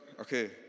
okay